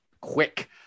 quick